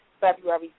February